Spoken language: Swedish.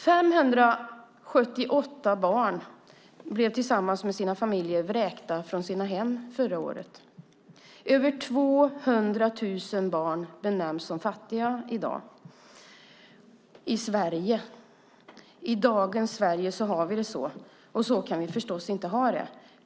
578 barn blev tillsammans med sina familjer vräkta från sina hem förra året. Över 200 000 barn benämns som fattiga i dag i Sverige. I dagens Sverige har vi det så, och så kan vi förstås inte ha det.